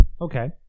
Okay